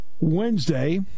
Wednesday